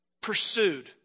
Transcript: pursued